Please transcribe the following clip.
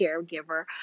caregiver